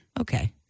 Okay